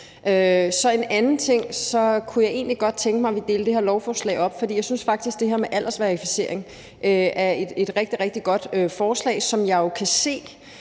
En anden ting er, at jeg egentlig godt kunne tænke mig, at vi delte det her lovforslag op, for jeg synes faktisk, at det her med aldersverificering er et rigtig, rigtig godt forslag, som jeg jo kan se